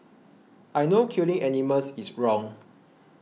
I know killing animals is wrong